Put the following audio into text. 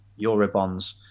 Eurobonds